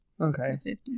Okay